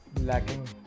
lacking